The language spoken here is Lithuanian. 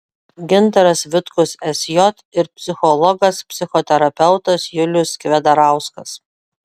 gintaras vitkus sj ir psichologas psichoterapeutas julius kvedarauskas